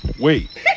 Wait